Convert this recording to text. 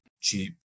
cheap